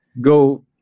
go